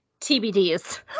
tbds